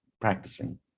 practicing